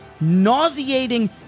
nauseating